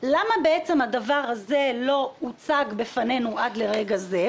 למה בעצם הדבר הזה לא הוצג בפנינו עד לרגע זה.